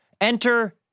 Enter